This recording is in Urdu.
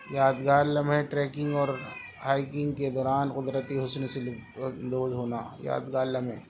یادگار لمحہ ٹریکینگ اور ہائیکنگ کے دوران قدرتی حسن سے لطف اندوز ہونا یادگار لمحے